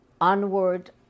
onward